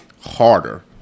harder